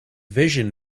vision